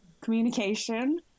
communication